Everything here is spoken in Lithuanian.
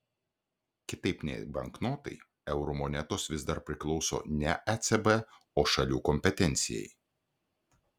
kitaip nei banknotai eurų monetos vis dar priklauso ne ecb o šalių kompetencijai